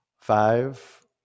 five